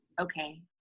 okay